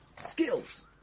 Skills